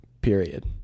Period